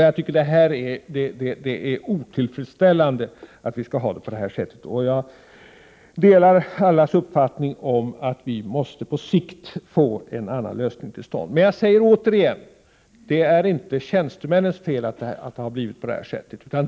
Jag tycker det är otillfredsställande att vi skall ha det på det sättet. Jag delar allas uppfattning att vi på sikt måste få till stånd en annan lösning. Men jag säger återigen: Det är inte tjänstemännens fel att det har blivit på det här sättet.